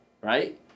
right